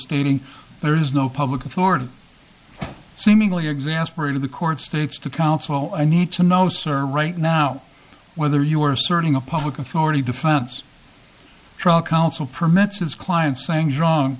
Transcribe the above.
stating there is no public authority seemingly exasperated the court states to counsel i need to know sir right now whether you are asserting a public authority defense trial counsel permits his client